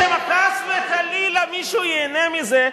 שמא חס וחלילה מישהו ייהנה מזה,